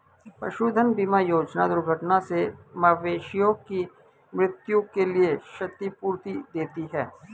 पशुधन बीमा योजना दुर्घटना से मवेशियों की मृत्यु के लिए क्षतिपूर्ति देती है